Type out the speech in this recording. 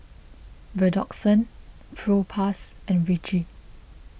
Redoxon Propass and Vichy